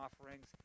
offerings